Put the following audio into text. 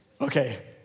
Okay